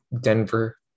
Denver